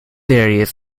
areas